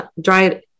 dried